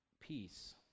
peace